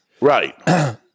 Right